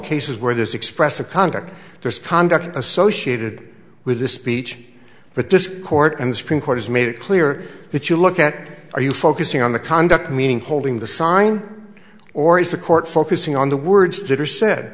cases where this expressive conduct their conduct associated with this speech but this court and the supreme court has made it clear that you look at are you focusing on the conduct meaning holding the sign or is the court focusing on the words did or said